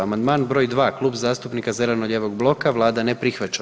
Amandman br. 2 Klub zastupnika zeleno-lijevog bloka, Vlada ne prihvaća.